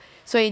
所以你